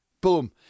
Boom